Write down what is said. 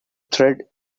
thread